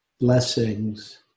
blessings